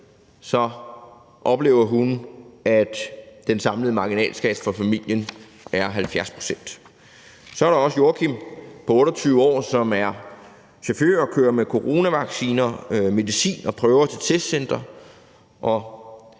oplever hun, at den samlede marginalskat for familien er 70 pct. Og så er der også Joakim på 28 år, som er chauffør og kører med coronavacciner, medicin og prøver til testcentre.